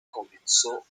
comenzó